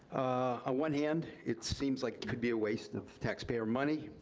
ah one hand, it seems like it could be a waste of taxpayer money,